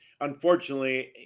unfortunately